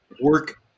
work